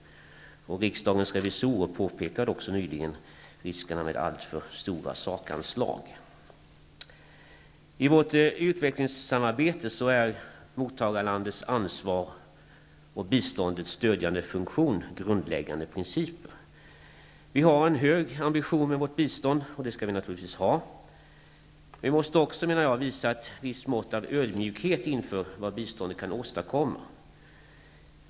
Riksdagens revisorer påpekade också nyligen riskerna med alltför stora sakanslag. I vårt utvecklingssamarbete är mottagarlandets ansvar och biståndets stödjande funktion grundläggande principer. Vi har en hög ambition med vårt bistånd, och det skall vi naturligtvis ha. Men vi måste också, menar jag, visa ett visst mått av ödmjukhet inför vad biståndet kan åstadkomma.